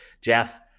Jeff